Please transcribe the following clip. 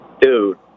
Dude